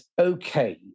Okay